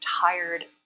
tired